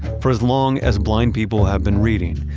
for as long as blind people have been reading,